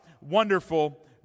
wonderful